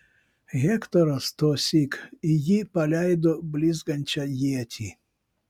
hektoras tuosyk į jį paleido blizgančią ietį